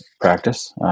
practice